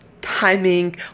timing